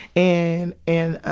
and, and,